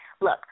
look